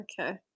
Okay